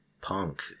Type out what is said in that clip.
Punk